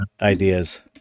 ideas